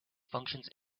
functions